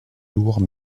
lourd